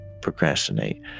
procrastinate